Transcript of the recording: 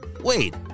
wait